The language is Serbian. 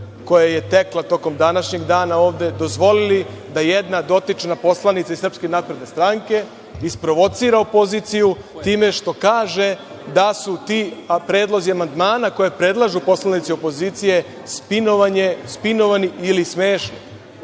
koja je tekla tokom današnjeg dana ovde dozvolili da jedna dotična poslanica iz SNS isprovocira opoziciju, time što kaže da su ti predlozi amandmana koje predlažu poslanici opozicije spinovani ili smešni.